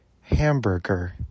Hamburger